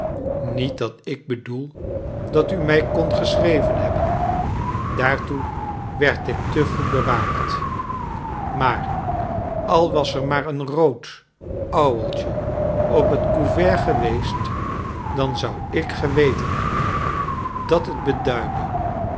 niet dat ik bedpel dat u mij kondt geschreven hebben daartoe werd ik te goed bewaakt maar al was er maar een rood ouweltje op het couvert geweest dan zou ik geweten hebben dat het beduidde